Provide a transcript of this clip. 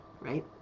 right